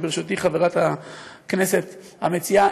וברשות חברת הכנסת המציעה,